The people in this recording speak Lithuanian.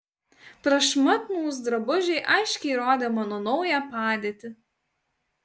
prašmatnūs drabužiai aiškiai rodė mano naują padėtį